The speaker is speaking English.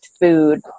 food